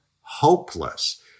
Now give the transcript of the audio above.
hopeless